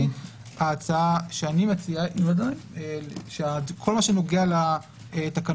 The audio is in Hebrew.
ההצעה שאני מציע היא שבכל מה שנוגע לתקנות